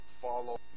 follow